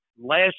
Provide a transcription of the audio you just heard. Last